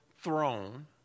throne